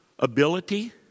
Ability